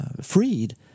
freed